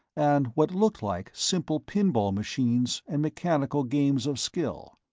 and what looked like simple pinball machines and mechanical games of skill.